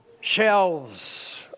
Shelves